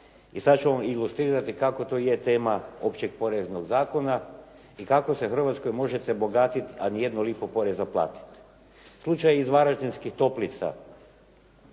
E sada ću vam ilustrirati kako je to tema Općeg poreznog zakona i kako se u Hrvatskoj možete bogatiti, a nijednu lipu poreza platiti. Slučaj je iz Varaždinskih toplica,